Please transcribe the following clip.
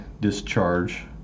discharge